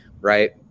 right